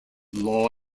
law